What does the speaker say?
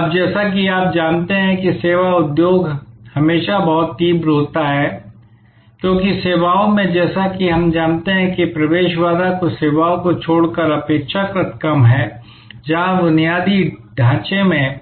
अब जैसा कि आप जानते हैं कि सेवा उद्योग हमेशा बहुत तीव्र होता है क्योंकि सेवाओं में जैसा कि हम जानते हैं कि प्रवेश बाधा कुछ सेवाओं को छोड़कर अपेक्षाकृत कम है जहां बुनियादी ढांचे में